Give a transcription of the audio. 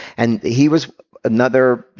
and he was another.